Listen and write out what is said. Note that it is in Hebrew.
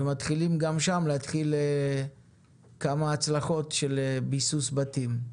ומתחילים גם שם להתחיל כמה הצלחות של בסיס בתים?